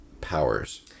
powers